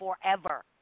forever